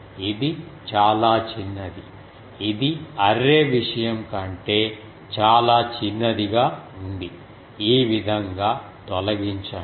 ఇది చాలా చిన్నది ఇది అర్రే విషయం కంటే చాలా చిన్నదిగా ఉందిఈ విధంగా తొలగించండి